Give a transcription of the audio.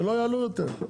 שלא יעלו אותם.